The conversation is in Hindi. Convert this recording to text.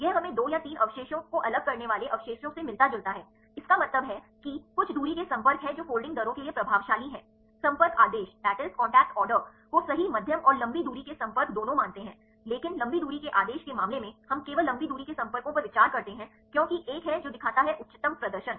यह हमें 2 या 3 अवशेषों को अलग करने वाले अवशेषों से मिलता जुलता है इसका मतलब है कि कुछ दूरी के संपर्क हैं जो फोल्डिंग दरों के लिए प्रभावशाली हैं संपर्क आदेश को सही मध्यम और लंबी दूरी के संपर्क दोनों मानते हैं लेकिन लंबी दूरी के आदेश के मामले में हम केवल लंबी दूरी के संपर्कों पर विचार करते हैं क्योंकि एक है जो दिखाता है उच्चतम प्रदर्शन